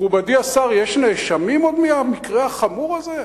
מכובדי השר, יש נאשמים עוד מהמקרה החמור הזה?